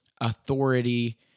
authority